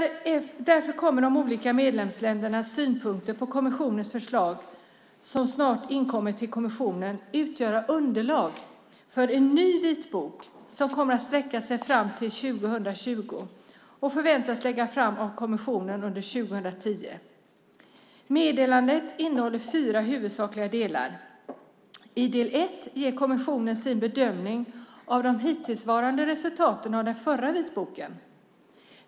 Därför kommer de olika medlemsländernas synpunkter på kommissionens förslag som snart inkommit till kommissionen att utgöra underlag för en ny vitbok som kommer att sträcka sig fram till 2020 och som förväntas bli framlagd av kommissionen under 2010. Meddelandet innehåller fyra huvudsakliga delar. I del 1 ger kommissionen sin bedömning av de hittillsvarande resultaten av den förra vitboken.